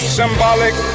symbolic